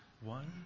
one